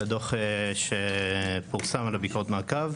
הדוח שפורסם לביקורת מעקב.